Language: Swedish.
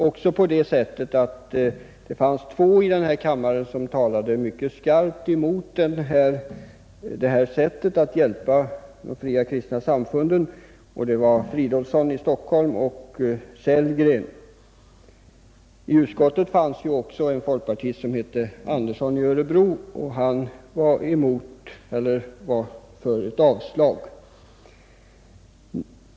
Två ledamöter av andra kammaren talade mycket skarpt mot detta sätt att hjälpa de fria kristna samfunden — det var herrar Fridolfsson i Stockholm och Sellgren. I utskottet fanns också en folkpartist som heter Andersson i Örebro, och han var för ett avslag.